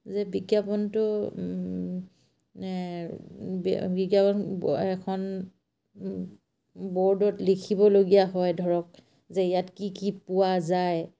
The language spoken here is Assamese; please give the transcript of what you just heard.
যে বিজ্ঞাপনটো বিজ্ঞাপন এখন ব'ৰ্ডত লিখিবলগীয়া হয় ধৰক যে ইয়াত কি কি পোৱা যায়